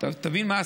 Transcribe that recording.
תבין מה עשיתם,